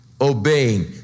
obeying